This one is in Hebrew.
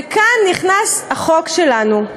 וכאן נכנס החוק שלנו.